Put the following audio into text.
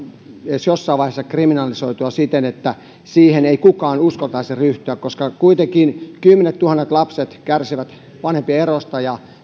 edes jossain vaiheessa kriminalisoitua siten että siihen ei kukaan uskaltaisi ryhtyä koska kuitenkin kymmenettuhannet lapset kärsivät vanhempien erosta ja